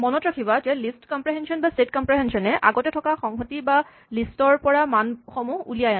মনত ৰাখিবা যে লিষ্ট কম্প্ৰেহেনচন বা ছেট কম্প্ৰেহেনচন এ আগতে থকা সংহতি বা লিষ্ট ৰ পৰা মানসমূহ উলিয়াই আনে